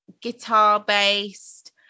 guitar-based